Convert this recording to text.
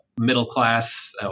middle-class